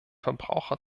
verbraucher